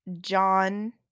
John